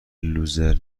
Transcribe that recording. لوزر